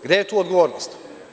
Gde je tu odgovornost?